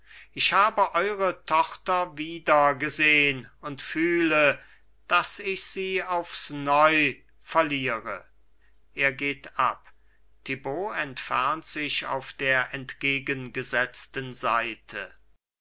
ich habe eure tochter wieder gesehn und fühle daß ich sie aufs neu verliere er geht ab thibaut entfernt sich auf der entgegengesetzten seite